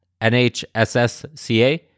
NHSSCA